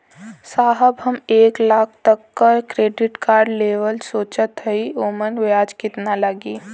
साहब हम एक लाख तक क क्रेडिट कार्ड लेवल सोचत हई ओमन ब्याज कितना लागि?